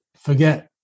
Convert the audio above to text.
forget